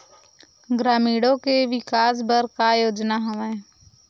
ग्रामीणों के विकास बर का योजना हवय?